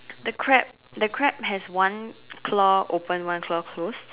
the crab the crab has one claw open one claw close